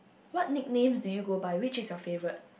what nicknames do you go by which is your favourite